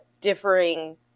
differing